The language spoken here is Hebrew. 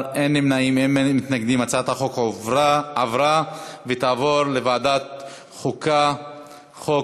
ההצעה להעביר את הצעת חוק